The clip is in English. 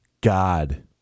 god